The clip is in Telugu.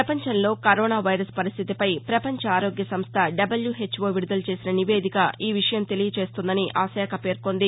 ప్రపంచంలో కరోనా వైరస్ పరిస్దితిపై పపంచ ఆరోగ్య సంస్ద డబ్ల్యూహెచ్ఓ విదుదల చేసిన నివేదిక ఈ విషయం తెలియజేస్తోందని ఆ శాఖ పేర్కొంది